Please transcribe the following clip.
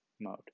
mode